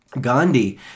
Gandhi